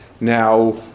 Now